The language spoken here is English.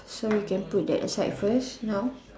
so we can put that side first now